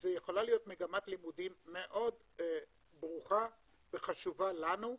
זו יכולה להיות מגמת לימודים מאוד ברוכה וחשובה לנו.